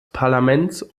parlaments